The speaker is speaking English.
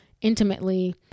intimately